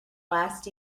last